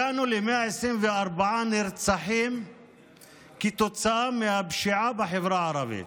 הגענו ל-124 נרצחים כתוצאה מהפשיעה בחברה הערבית,